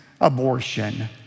abortion